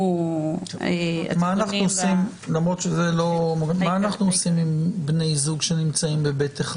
מה אנחנו עושים עם בני זוג ב-ב1?